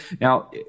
Now